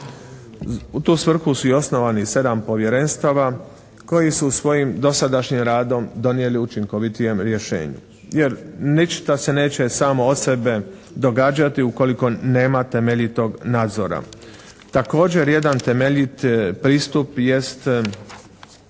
U tu svrhu su osnovani 7 povjerenstava koji su svojim dosadašnjim radom donijeli učinkovitijem rješenju, jer ništa se neće samo od sebe događati ukoliko nema temeljitog nadzora. Također jedan temeljit pristup jest